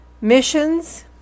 Missions